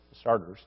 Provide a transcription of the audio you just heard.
starters